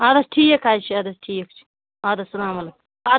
اَدٕ حظ ٹھیٖک حظ چھُ اَدٕ حظ ٹھیٖک چھُ اَدٕ حظ اسلام علیکُم اَدٕ